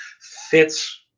fits